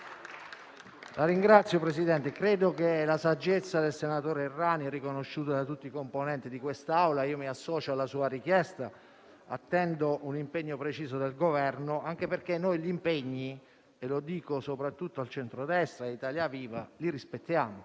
Signor Presidente, credo che la saggezza del senatore Errani sia riconosciuta da tutti i componenti di quest'Assemblea. Mi associo alla sua richiesta e attendo un impegno preciso del Governo, anche perché noi gli impegni - lo dico soprattutto al centrodestra e a Italia Viva - li rispettiamo.